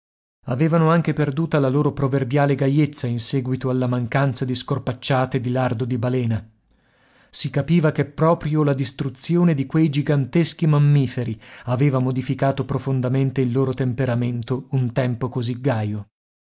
avevano anche perduta la loro proverbiale gaiezza in seguito alla mancanza di scorpacciate di lardo di balena si capiva che proprio la distruzione di quei giganteschi mammiferi aveva modificato profondamente il loro temperamento un tempo così gaio